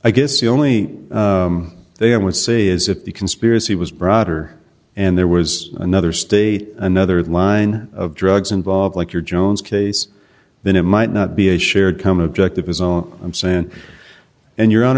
i guess the only they i would say is if the conspiracy was broader and there was another state another line of drugs involved like your jones case then it might not be a shared come objective is all i'm saying and your hon